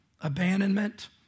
abandonment